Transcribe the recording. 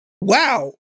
wow